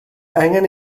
angen